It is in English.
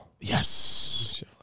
Yes